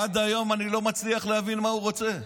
עד היום אני לא מצליח להבין מה הוא רוצה.